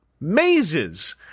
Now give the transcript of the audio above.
Mazes